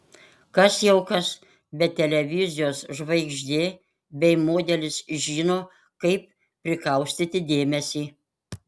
kas jau kas bet televizijos žvaigždė bei modelis žino kaip prikaustyti dėmesį